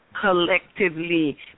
collectively